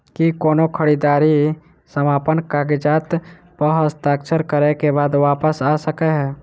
की कोनो खरीददारी समापन कागजात प हस्ताक्षर करे केँ बाद वापस आ सकै है?